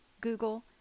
Google